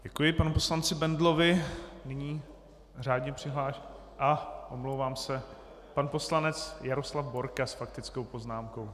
Děkuji panu poslanci Bendlovi, nyní řádně přihlášená omlouvám se, pan poslanec Jaroslav Borka s faktickou poznámkou.